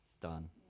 done